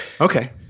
Okay